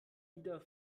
wieder